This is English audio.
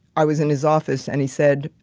i was in his office and he said,